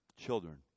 Children